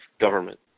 government